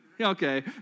Okay